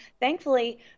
Thankfully